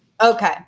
Okay